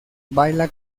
baila